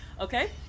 okay